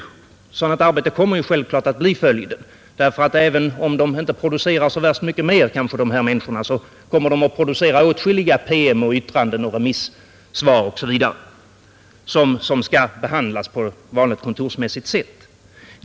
Ett sådan arbete kommer självklart att bli följden, ty även om dessa människor inte producerar så mycket mer, kommer de att producera åtskilliga promemorior, yttranden, remissvar m.m. som skall behandlas på vanligt kontorsmässigt sätt.